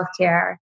healthcare